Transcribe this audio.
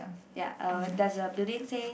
ya uh does the building say